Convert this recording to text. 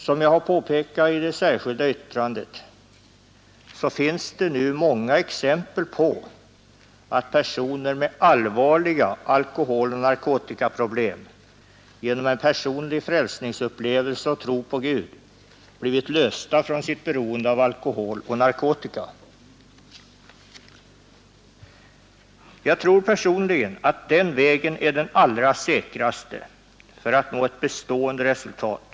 Som jag framhållit i det särskilda yttrandet finns det många exempel på att personer med allvarliga alkoholeller narkotikaproblem genom en personlig frälsningsupplevelse och tro på Gud blivit lösta från sitt beroende av alkohol och narkotika. För egen del tror jag att den vägen är den allra säkraste för att nå ett bestående resultat.